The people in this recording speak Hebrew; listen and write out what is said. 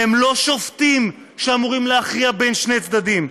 הם לא שופטים שאמורים להכריע בין שני צדדים.